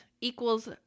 equals